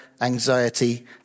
anxiety